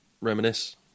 reminisce